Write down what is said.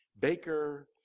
Baker